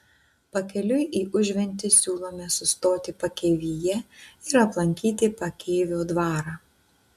pakeliui į užventį siūlome sustoti pakėvyje ir aplankyti pakėvio dvarą